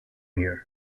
here